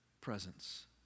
presence